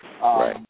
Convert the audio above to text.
Right